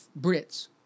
Brits